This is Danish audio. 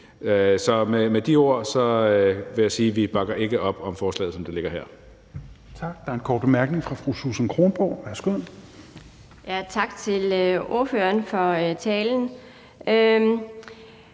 Så med de ord vil jeg sige, at vi ikke bakker op om forslaget, som det ligger her.